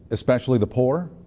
especially the poor?